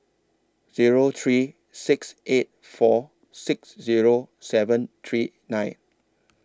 Zero three six eight four six Zero seven three nine